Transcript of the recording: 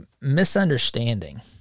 misunderstanding